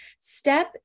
step